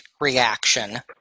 reaction